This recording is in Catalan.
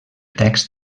text